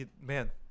Man